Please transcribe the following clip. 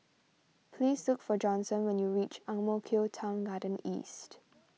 please look for Johnson when you reach Ang Mo Kio Town Garden East